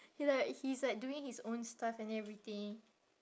he like he's like doing his own stuff and everything